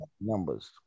numbers